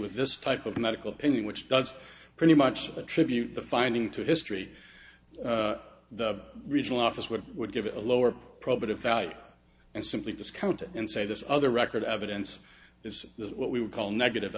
with this type of medical opinion which does pretty much attribute the finding to history the regional office which would give it a lower prabhat of value and simply discount it and say this other record evidence is that what we would call negative